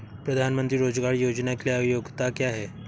प्रधानमंत्री रोज़गार योजना के लिए योग्यता क्या है?